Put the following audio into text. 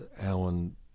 Alan